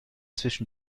zwischen